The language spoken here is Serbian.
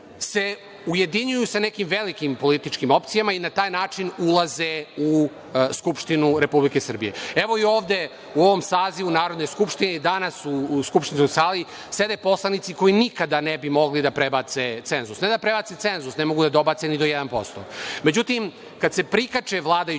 ujedinjuju sa nekim velikim političkim opcijama i na taj način ulaze u Skupštinu Republike Srbije. Evo, i ovde u ovom sazivu Narodne skupštine, danas u skupštinskoj sali sede poslanici koji nikada ne bi mogli da prebace cenzus. Ne da prebace cenzus, ne mogu da dobace ni do jedan posto. Međutim, kada se prikače vladajućoj